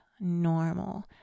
normal